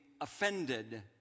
offended